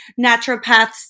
naturopaths